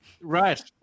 right